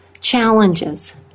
challenges